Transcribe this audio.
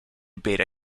beta